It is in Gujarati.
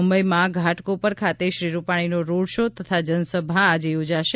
મુંબઈમાં ઘાટકોપર ખાતે શ્રી રૂપાણીનો રોડ શો તથા જનસભા આજે યોજાયા છે